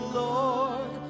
lord